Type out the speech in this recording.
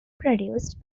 produced